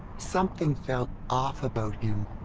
something felt off about him.